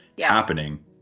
happening